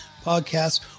podcasts